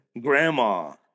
grandma